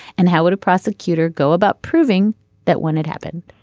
and how would a prosecutor go about proving that when it happened